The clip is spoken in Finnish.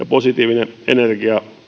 positiivinen energia